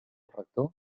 rector